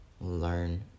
learn